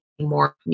more